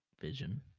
Vision